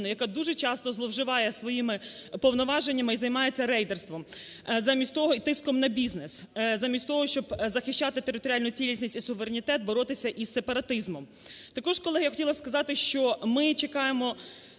яка дуже часто зловживає своїми повноваженнями і займається рейдерством замість того, і тиском на бізнес, замість того, щоб захищати територіальну цілісність і суверенітет боротися із сепаратизмом. Також, колеги, я хотіла б сказати, що ми чекаємо,